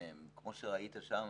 כמו שראית שם,